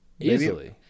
Easily